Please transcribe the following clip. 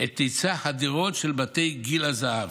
את היצע הדירות של בתי גיל הזהב.